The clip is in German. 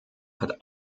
hat